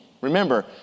Remember